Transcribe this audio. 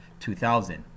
2000